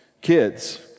kids